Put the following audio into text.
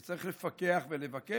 וצריך לפקח ולבקר,